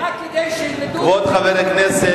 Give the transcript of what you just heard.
רק כדי שילמדו, חרדים, כבוד חבר הכנסת